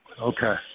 Okay